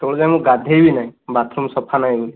ଏତେ ବେଳ ଯାଏଁ ମୁଁ ଗାଧୋଇ ବି ନାହିଁ ବାଥରୁମ୍ ସଫା ନାହିଁ ବୋଲି